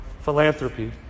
philanthropy